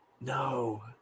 no